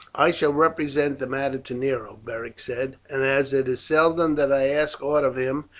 i shall represent the matter to nero, beric said, and as it is seldom that i ask aught of him,